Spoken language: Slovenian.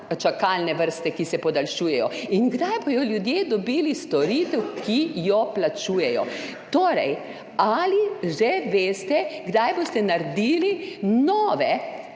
čakalne vrste, ki se podaljšujejo, in kdaj bodo ljudje dobili storitev, ki jo plačujejo? Ali že veste, kdaj boste naredili nove,